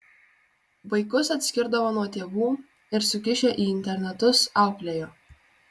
vaikus atskirdavo nuo tėvų ir sukišę į internatus auklėjo